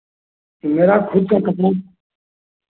मेरा खुद का कपड़ा